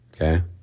Okay